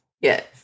Yes